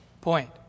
point